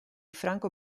franco